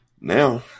now